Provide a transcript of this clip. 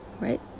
right